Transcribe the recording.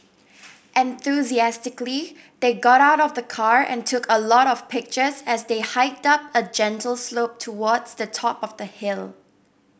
enthusiastically they got out of the car and took a lot of pictures as they hiked up a gentle slope towards the top of the hill